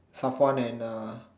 Safwan and uh